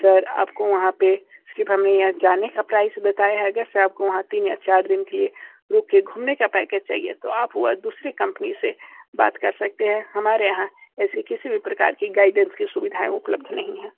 sir वहाँ पे सिर्फ हमें यह जाने का प्राइस बताया अगर आपको वहाँ तीन या चार दिन के लिए रुक के घूमने का पैकेज चाहिए तो आप दूसरी कंपनी से बात कर सकते हैं हमारे यहाँ ऐसे किसी भी प्रकार की गाइडेंस की सुविधाएं उपलब्ध नहीं हैं